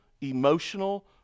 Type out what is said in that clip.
emotional